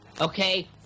okay